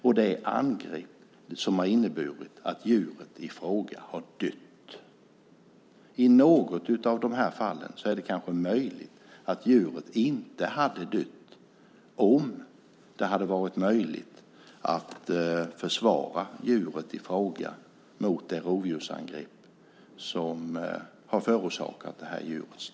Det är angrepp som har inneburit att djuren i fråga har dött. I något av de här fallen är det kanske möjligt att djuret inte hade dött om det hade varit möjligt att försvara djuret i fråga mot det rovdjursangrepp som har förorsakat djurets död.